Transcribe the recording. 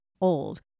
old